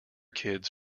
kids